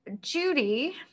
judy